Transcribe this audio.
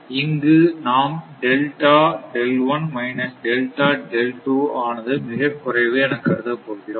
இங்கு நாம் ஆனது மிக குறைவு என கருத போகிறோம்